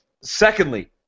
secondly